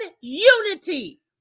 unity